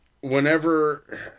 whenever